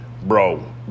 Bro